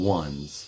ones